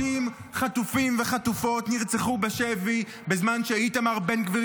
30 חטופות וחטופים נרצחו בשבי בזמן שאיתמר בן גביר